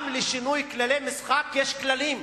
גם לשינוי כללי משחק יש כללים.